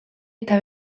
eta